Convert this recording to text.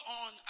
on